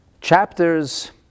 Chapters